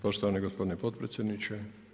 Poštovani gospodine potpredsjedniče.